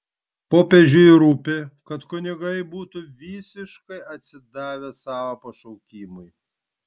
popiežiui rūpi kad kunigai būtų visiškai atsidavę savo pašaukimui